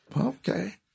Okay